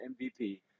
MVP